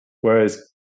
Whereas